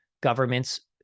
governments